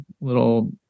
little